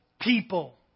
people